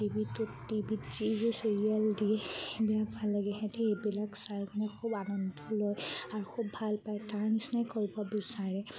T ভিটোত টি ভিত যি যি চিৰিয়েল দিয়ে এইবিলাক ভাল লাগে সিহঁতে এইবিলাক চাই মানে খুব আনন্দ লয় আৰু খুব ভাল পায় তাৰ নিচিনাই কৰিব বিচাৰে